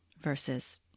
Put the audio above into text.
versus